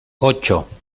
ocho